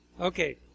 Okay